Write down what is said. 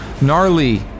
Gnarly